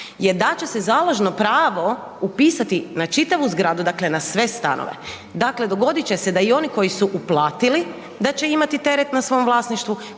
je da će se založno pravo upisati na čitavu zgradu, dakle na sve stanove, dakle dogodit će se da i oni koji su uplatili, da će imati teret na svom vlasništvu,